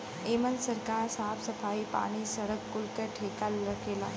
एमन सरकार साफ सफाई, पानी, सड़क कुल के ठेका रखेला